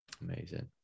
Amazing